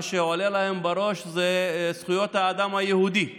ומה שעולה להם בראש זה זכויות האדם היהודי בלבד.